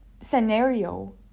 scenario